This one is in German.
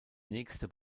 nächste